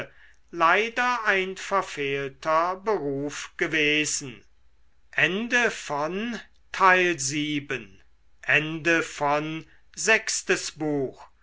leider ein verfehlter beruf gewesen